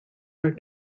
are